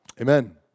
Amen